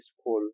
school